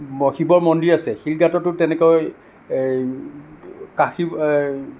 শিৱ শিৱ মন্দিৰ আছে শিলঘাটতো তেনেকৈ এই কাশী এই